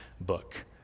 book